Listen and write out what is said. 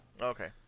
Okay